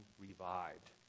revived